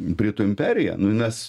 britų imperija mes